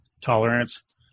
tolerance